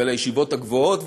ולישיבות הגבוהות,